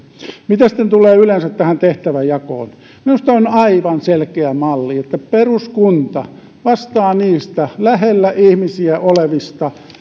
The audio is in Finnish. mitä sitten tulee yleensä tähän tehtävänjakoon minusta on aivan selkeä malli että peruskunta vastaa niistä lähellä ihmisiä olevista